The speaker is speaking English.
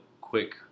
quick